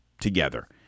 together